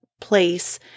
place